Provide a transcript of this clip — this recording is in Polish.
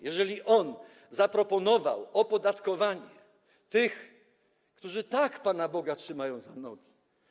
Jeżeli on zaproponował opodatkowanie tych, którzy tak Pana Boga trzymają za nogi.